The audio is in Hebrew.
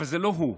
אבל זה לא הוא.